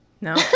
No